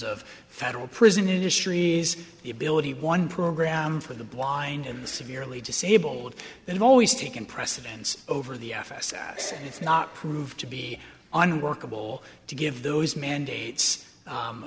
of federal prison industry is the ability one program for the blind and the severely disabled they've always taken precedence over the f s s it's not proved to be unworkable to give those mandates